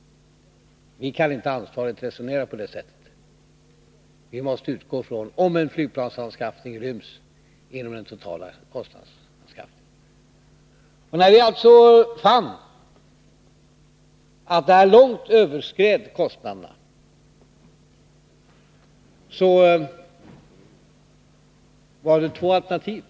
Vi socialdemokrater kan inte resonera på det sättet. Vi måste utgå ifrån om en flygplansanskaffning ryms inom den totala kostnadsramen. När vi alltså fann att kostnaderna långt överskred den uppsatta nivån, fanns det två alternativ.